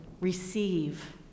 receive